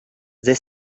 they